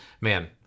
man